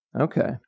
Okay